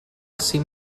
cim